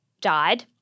died